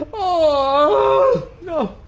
oh, no.